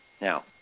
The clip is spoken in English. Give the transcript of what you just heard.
Now